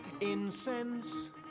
Incense